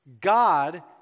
God